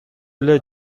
эле